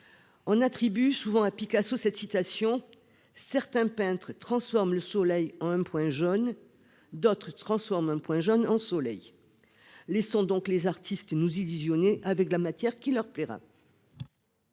On attribue souvent à Picasso cette citation :« Certains peintres transforment le soleil en un point jaune. D'autres transforment un point jaune en soleil. » Laissons donc les artistes nous illusionner avec la matière qui leur plaira.